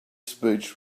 speech